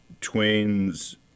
Twain's